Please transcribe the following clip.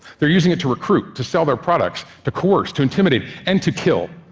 they're using it to recruit, to sell their products, to coerce, to intimidate and to kill.